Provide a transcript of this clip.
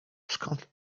skąd